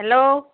hello